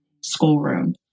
schoolroom